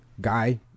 guy